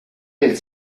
del